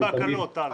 רק בהקלות, טל.